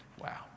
Wow